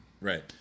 right